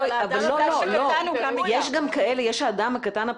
יש האדם הקטן,